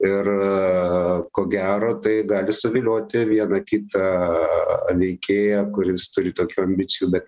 ir ko gero tai gali suvilioti vieną kitą veikėją kuris turi tokių ambicijų bet